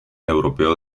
europeo